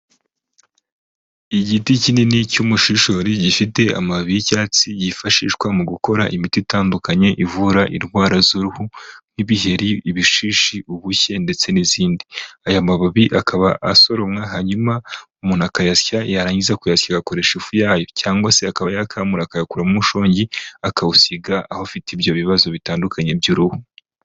Igiti kinini cy'umushishori gifite amababi y'icyatsi yifashishwa mu gukora imiti itandukanye ivura indwara z'uruhu: nk'ibiheri, ibishishi, ubushye ndetse n'izindi. Aya mababi akaba asoromwa hanyuma umuntu akayasya yarangiza kuyasya agakoresha ifu yayo cyangwa se akaba yakamura akayakuramo umushongi akawusiga aho afite ibyo bibazo bitandukanye by'uruhu.